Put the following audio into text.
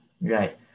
Right